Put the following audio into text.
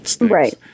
right